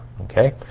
okay